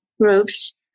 groups